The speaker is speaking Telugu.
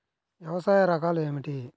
వ్యవసాయ రకాలు ఏమిటి?